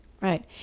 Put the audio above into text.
right